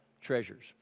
treasures